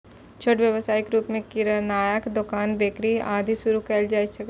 छोट व्यवसायक रूप मे किरानाक दोकान, बेकरी, आदि शुरू कैल जा सकैए